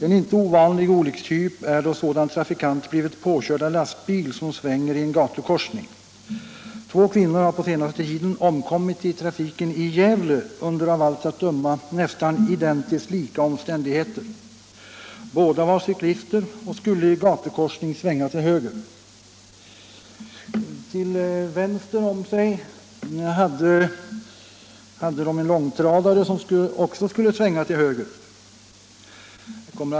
En inte ovanlig olyckstyp är då sådan trafikant blivit påkörd av lastbil, som svänger i en gatukorsning. Två kvinnor har på senaste tiden omkommit i trafiken i Gävle under av allt att döma nästan identiskt lika omständigheter. Båda var cyklister och skulle i gatukorsning svänga till höger. Till vänster om sig hade de en långtradare som också skulle svänga till höger.